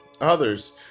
others